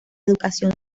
educación